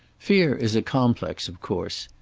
fear is a complex, of course.